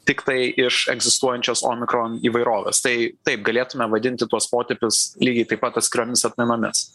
tiktai iš egzistuojančios omikron įvairovės tai taip galėtume vadinti tuos potipius lygiai taip pat atskiromis atmainomis